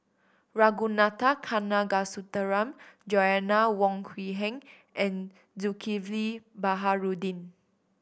Ragunathar Kanagasuntheram Joanna Wong Quee Heng and Zulkifli Baharudin